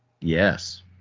Yes